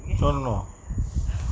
no no no